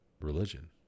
religion